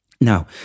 Now